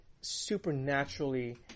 supernaturally